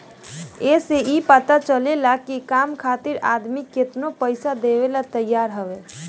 ए से ई पता चलेला की काम खातिर आदमी केतनो पइसा देवेला तइयार हअ